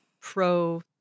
pro